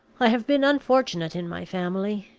i have been unfortunate in my family.